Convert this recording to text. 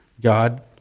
God